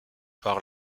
par